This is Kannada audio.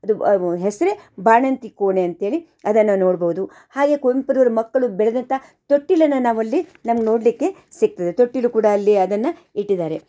ಅದು ಹೆಸರೇ ಬಾಣಂತಿ ಕೋಣೆ ಅಂತೇಳಿ ಅದನ್ನು ನೋಡ್ಬೌದು ಹಾಗೇ ಕುವೆಂಪುರವರ ಮಕ್ಕಳು ಬೆಳೆದಂಥ ತೊಟ್ಟಿಲನ್ನು ನಾವಲ್ಲಿ ನಮ್ಗೆ ನೋಡಲಿಕ್ಕೆ ಸಿಕ್ತದೆ ತೊಟ್ಟಿಲು ಕೂಡ ಅಲ್ಲಿ ಅದನ್ನು ಇಟ್ಟಿದ್ದಾರೆ